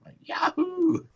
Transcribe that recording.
Yahoo